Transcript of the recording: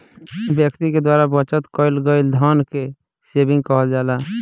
व्यक्ति के द्वारा बचत कईल गईल धन के सेविंग कहल जाला